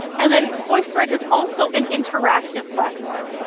and then voicethread is also an interactive platform.